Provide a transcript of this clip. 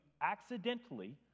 accidentally